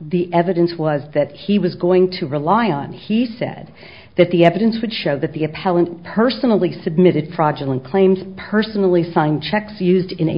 the evidence was that he was going to rely on he said that the evidence would show that the appellant personally submitted fraudulent claims personally sign checks used in a